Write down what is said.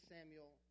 Samuel